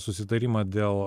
susitarimą dėl